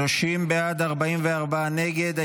30 בעד, 44 נגד.